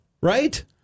right